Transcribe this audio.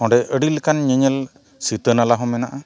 ᱚᱸᱰᱮ ᱟᱹᱰᱤ ᱞᱮᱠᱟᱱ ᱧᱮᱧᱮᱞ ᱥᱤᱛᱟᱹ ᱱᱟᱞᱟ ᱦᱚᱸ ᱢᱮᱱᱟᱜᱼᱟ